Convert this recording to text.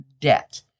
debt